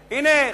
הנה,